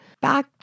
Back